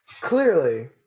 Clearly